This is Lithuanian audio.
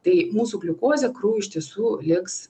tai mūsų gliukozė kraujo iš tiesų liks